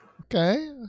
okay